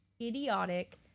idiotic